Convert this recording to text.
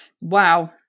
Wow